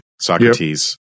Socrates